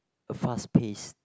fast pace